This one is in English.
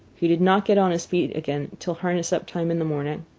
he did not get on his feet again till harness-up time in the morning.